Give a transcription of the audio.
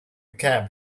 cab